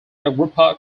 agrippa